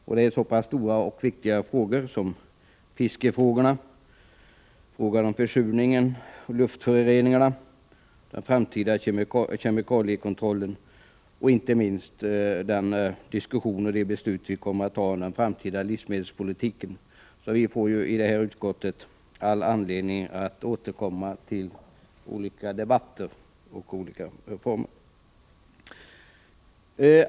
Det gäller så stora och viktiga frågor som fiskefrågorna, frågorna om försurningen och luftföroreningarna, den framtida kemikaliekontrollen och inte minst frågan om den framtida livsmedelspolitiken. Vi får således tillfälle att återkomma till debatter därom.